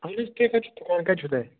کَتہِ چھُو تۄہہِ